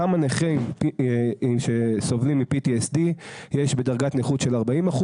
כמה נכים שסובלים מ-PTSD יש בדרגת נכות של 40%